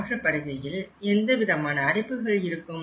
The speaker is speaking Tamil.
ஆற்றுப்படுகையில் எந்தவிதமான அரிப்புகள் இருக்கும்